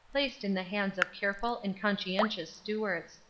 placed in the hands of careful and conscientious stewards.